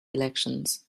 elections